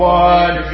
one